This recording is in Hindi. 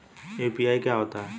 यू.पी.आई क्या होता है?